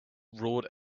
roared